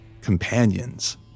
companions